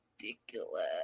Ridiculous